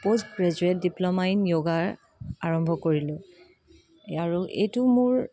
post graduate diploma in yoga আৰম্ভ কৰিলো আৰু এইটো মোৰ